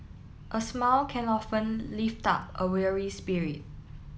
a smile can often lift up a weary spirit